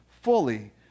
fully